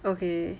okay